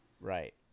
right